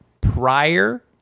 prior